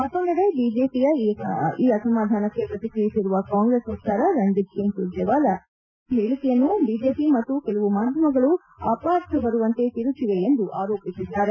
ಮತ್ತೊಂದೆಡೆ ಬಿಜೆಪಿಯ ಈ ಅಸಮಾಧಾನಕ್ಕೆ ಪ್ರತಿಕ್ರಿಯಿಸಿರುವ ಕಾಂಗ್ರೆಸ್ ವಕ್ತಾರ ರಣದೀಪ್ ಸಿಂಗ್ ಸುರ್ಜೆವಾಲಾ ರಾಹುಲ್ ಗಾಂಧಿಯವರ ಹೇಳಿಕೆಯನ್ನು ಬಿಜೆಪಿ ಮತ್ತು ಕೆಲವು ಮಾಧ್ವಮಗಳು ಅಪಾರ್ಥಬರುವಂತೆ ತಿರುಚಿವೆ ಎಂದು ಆರೋಪಿಸಿದ್ದಾರೆ